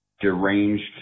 deranged